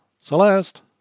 Celeste